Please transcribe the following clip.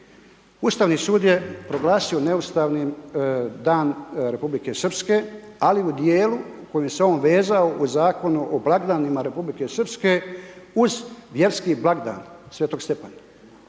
Ustavni sud je proglasio neustavnim dan Republike Srpske, ali u tijelu koji se on vezao u zakonu o blagdanima Republike Srpske uz vjerski blagdan Svetog Stjepana.